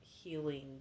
healing